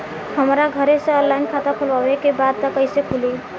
हमरा घरे से ऑनलाइन खाता खोलवावे के बा त कइसे खुली?